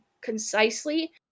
concisely